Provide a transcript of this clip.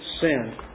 sin